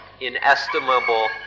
inestimable